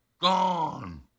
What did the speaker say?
gone